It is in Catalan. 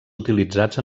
utilitzats